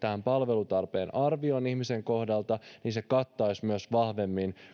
palvelutarpeen arvioon ihmisen kohdalta niin se kattaisi myös vahvemmin